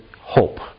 hope